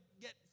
get